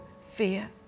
fear